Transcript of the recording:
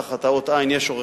תחת האות עי"ן יש עורך-דין,